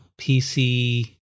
PC